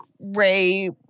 ray